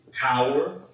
power